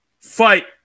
fight